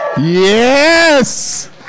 Yes